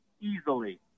easily